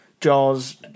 Jaws